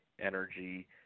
energy